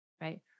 right